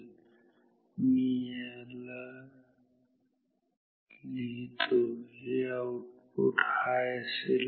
तर मी याला लिहितो हे आउटपुट हाय असेल